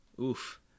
oof